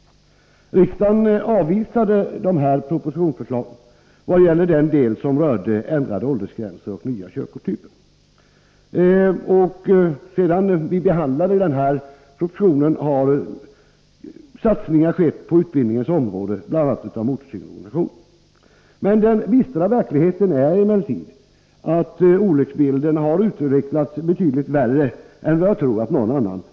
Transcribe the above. Riksdagen avvisade den del i propositionsförslaget som gällde ändrade åldersgränser och nya körkortstyper. Sedan vi behandlade denna proposition har utbildningsinsatser gjorts, bl.a. av motorcykelorganisationerna. Den bistra verkligheten är emellertid att olycksbilden har utvecklats betydligt värre än jag tror någon kunnat ana.